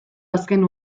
azken